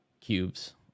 cubes